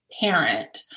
parent